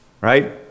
right